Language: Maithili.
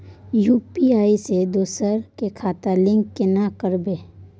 यु.पी.आई से दोसर के खाता लिंक केना करबे?